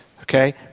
okay